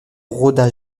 roda